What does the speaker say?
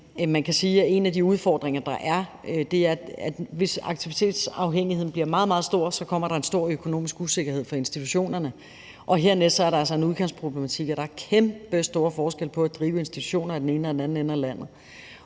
til det – er, at en af de udfordringer, der er, er, at hvis aktivitetsafhængigheden bliver meget, meget stor, kommer der en stor økonomisk usikkerhed for institutionerne, og hernæst er der altså en udkantsproblematik. Der er kæmpestore forskelle på at drive institutioner i den ene eller den anden ende af landet.